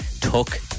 took